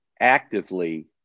actively